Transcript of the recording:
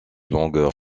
longueur